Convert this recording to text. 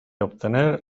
obtener